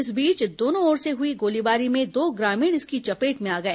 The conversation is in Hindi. इस बीच दोनों ओर से हुई गोलीबारी में दो ग्रामीण इसकी चपेट में आ गए